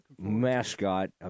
mascot